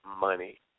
money